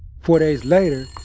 four days later,